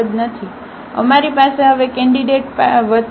તેથી અમારી પાસે હવે કેન્ડિડેટ પાસે વત્તા અને 1 સાથે 0 છે